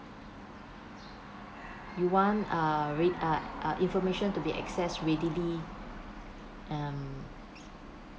you want uh re~ uh uh information to be accessed readily um